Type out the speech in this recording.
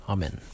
Amen